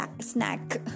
snack